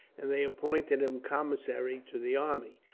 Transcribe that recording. and they appointed him commissary to the army,